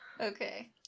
Okay